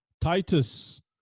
Titus